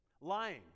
Lying